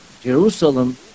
Jerusalem